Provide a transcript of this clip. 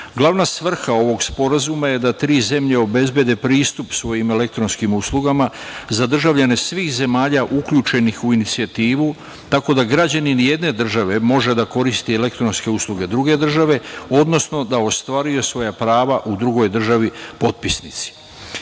Glavna svrha ovog sporazuma je da tri zemlje obezbede pristup svojim elektronskim uslugama za državljane svih zemalja uključenih u inicijativu, tako da građanin jedne države može da koriste elektronske usluge druge države, odnosno da ostvaruje svoje prava u drugoj državi